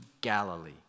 Galilee